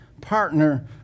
partner